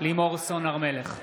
לימור סון הר מלך,